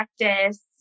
practice